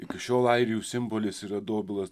iki šiol airių simbolis yra dobilas